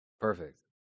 perfect